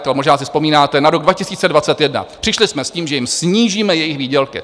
Ale možná si vzpomínáte na rok 2021, přišli jsme s tím, že jim snížíme jejich výdělky.